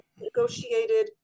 Negotiated